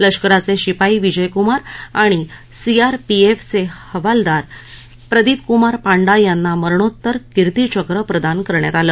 लष्कराचे शिपाई विजयक्मार आणि सीआरपीएफचे हवालदार प्रदीपक्मार पांडा यांना मरणोत्तर किर्तीचक्र प्रदान करण्यात आलं